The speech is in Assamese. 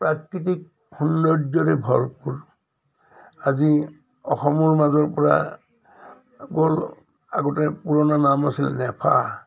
প্ৰাকৃতিক সৌন্দৰ্যৰে ভৰপূৰ আজি অসমৰ মাজৰ পৰা গ'ল আগতে পুৰণা নাম আছিল নেফা